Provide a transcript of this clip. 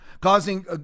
causing